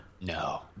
No